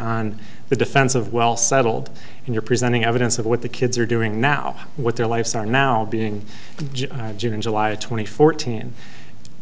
on the defense of well settled and you're presenting evidence of what the kids are doing now what their life's are now being june july twenty fourth when